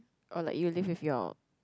or like you live with your